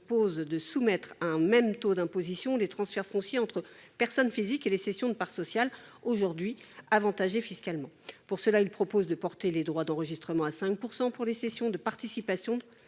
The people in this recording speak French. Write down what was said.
vise à soumettre à un même taux d’imposition les transferts fonciers entre personnes physiques et les cessions de parts sociales, actuellement favorisées fiscalement. À cette fin, nous proposons de porter les droits d’enregistrement à 5 % pour les cessions de participations